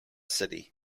city